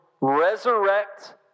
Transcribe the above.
resurrect